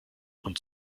und